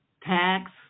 tax